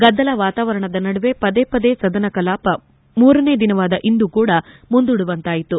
ಗದ್ಗಲ ವಾತಾವರಣದ ನಡುವೆ ಪದೇಪದೇ ಸದನ ಕಲಾಪ ಮೂರನೇ ದಿನವಾದ ಇಂದು ಕೂಡ ಮುಂದೂಡುವಂತಾಯಿತು